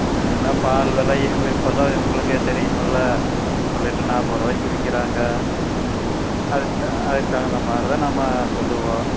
என்னாங்கன்னால் பால் விலை இப்பெல்லாம் உங்களுக்கே தெரியுமில்ல சொல்லிட்டு நாற்பது ரூபாய்க்கு விற்கிறாங்க அதுக்கு அதுக்கு தகுந்த மாதிரி தான் நம்ம சொல்லுவோம்